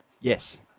Yes